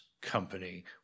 company